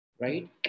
right